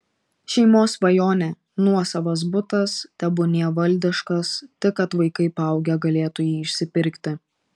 šeimos svajonė nuosavas butas tebūnie valdiškas tik kad vaikai paaugę galėtų jį išsipirkti